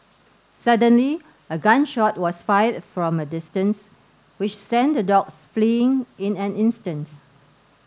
suddenly a gun shot was fired from a distance which sent the dogs fleeing in an instant